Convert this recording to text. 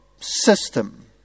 system